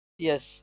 Yes